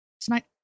tonight